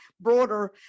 broader